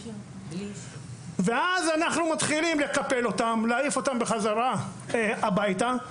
אנחנו מתחילים לקפל אותם ולהעיף אותם בחזרה הביתה,